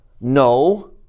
No